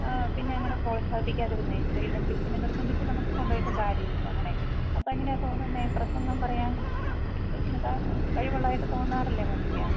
പിന്നെ അങ്ങനെ പ്രോത്സാഹിപ്പിക്കാതിരുന്നത് ഇഷ്ടം ഇല്ലെങ്കില് പിന്നെ നിര്ബന്ധിച്ച് നമുക്ക് കൊണ്ട് പോയിട്ട് കാര്യമില്ലല്ലോ അങ്ങനെ അപ്പം എങ്ങനെയാണ് തോന്നുന്നത് പ്രസംഗം പറയാന് കൊച്ചിന് ത കഴിവുള്ളതായിട്ട് തോന്നാറില്ലേ മമ്മിക്ക്